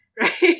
right